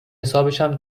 حسابشم